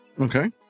Okay